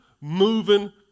moving